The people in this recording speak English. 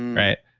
right?